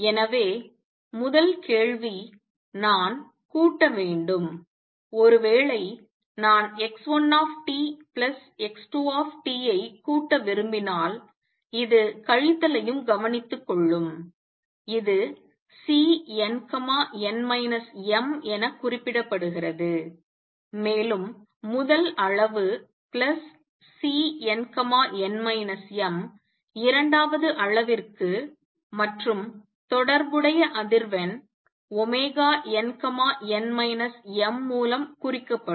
எனவே முதல் கேள்வி நான் கூட்ட வேண்டும் ஒருவேளை நான் x1 x2 ஐ கூட்ட விரும்பினால் இது கழித்தல் ஐயும் கவனித்துக்கொள்ளும் இது Cnn m என குறிப்பிடப்படுகிறது மேலும் முதல் அளவு பிளஸ் Cnn mஇரண்டாவது அளவிற்கு மற்றும் தொடர்புடைய அதிர்வெண் nn m மூலம் குறிக்கப்படும்